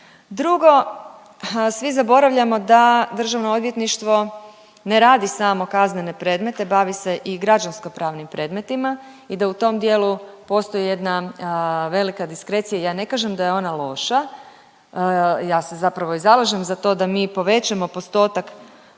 Drugo, svi zaboravljamo da državno odvjetništvo ne radi samo kaznene predmete bavi se i građansko pravnim predmetima i da u tom dijelu postoji jedna velika diskrecija. Ja ne kažem da je ona loša, ja se zapravo i zalažem za to da mi povećamo postotak